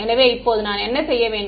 எனவே இப்போது நான் என்ன செய்ய வேண்டும்